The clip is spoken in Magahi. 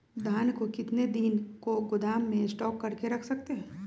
धान को कितने दिन को गोदाम में स्टॉक करके रख सकते हैँ?